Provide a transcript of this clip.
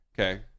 Okay